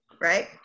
right